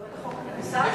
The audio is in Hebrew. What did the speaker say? לא למטרות רווח.